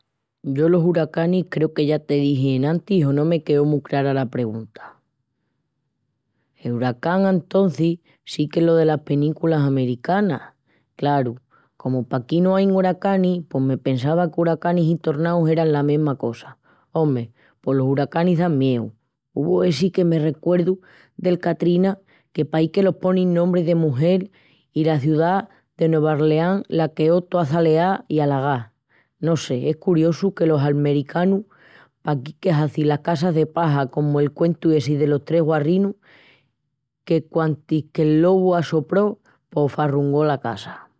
Yo los huracanis creu que ya te dixi enantis o no me queó mu crara la pergunta. El huracán antocis sí qu'es lo delas peníxulas almericanas. Craru, comu paquí no ain huracanis pos me pensava que huracanis i tornaus eran la mesma cosa. Ome, pos los huracanis dan mieu. Uvu essi que me recuerdu del Katrina, que pahi que les ponin nombri de mugel, i la ciá de Nueva Orleans la queó toa çaleá i alagá. No sé, es curiosu que los almericanus pahi que hazin las casas de paja comu el cuentu essi delos tres guarrinus, que quantis que'l lobu assopró pos farrungó la casa.